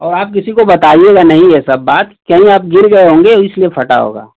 और आप किसी को बताइएगा नहीं ये सब बात कहीं आप गिर गए होंगे इसलिए फटा होगा